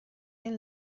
این